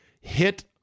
hit